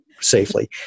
safely